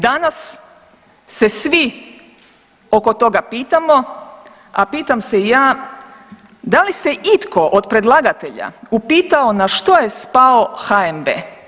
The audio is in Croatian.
Danas se svi oko toga pitamo, a pitam se i ja, da li se itko od predlagatelja upitao na što je spao HNB?